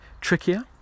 trickier